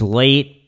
late